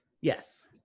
Yes